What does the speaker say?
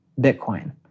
Bitcoin